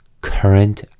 current